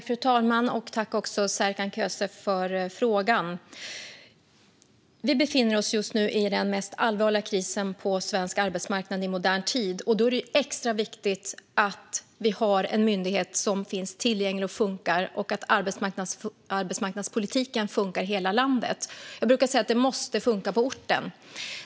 Fru talman! Tack, Serkan Köse, för frågan! Vi befinner oss just nu i den mest allvarliga krisen på svensk arbetsmarknad i modern tid. Då är det extra viktigt att vi har en myndighet som finns tillgänglig och som funkar och att arbetsmarknadspolitiken funkar i hela landet. Jag brukar säga att det måste funka på orten.